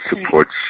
Supports